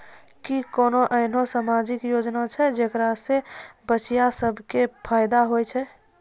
कि कोनो एहनो समाजिक योजना छै जेकरा से बचिया सभ के फायदा होय छै?